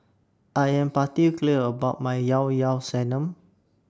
I Am particular about My Yao Yao Sanum